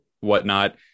whatnot